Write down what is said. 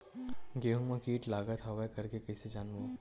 गेहूं म कीट लगत हवय करके कइसे जानबो?